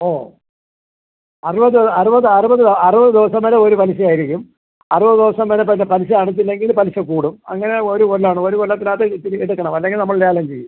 ഓ അറുപത് അറുപത് അറുപത് അറുപത് ദിവസം വരെ ഒരു പലിശയായിരിക്കും അറുപത് ദിവസം വരെ പിന്നെ പലിശ അടച്ചില്ലെങ്കിൽ പലിശ കൂടും അങ്ങനെ ഒരു കൊല്ലം ആണ് ഒരു കൊല്ലത്തിനകത്ത് ഇട്ടിട്ട് എടുക്കണം അല്ലെങ്കിൽ നമ്മൾ ലേലം ചെയ്യും